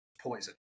poison